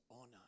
honor